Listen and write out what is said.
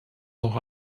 noch